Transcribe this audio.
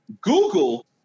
Google